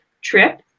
trip